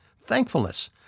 thankfulness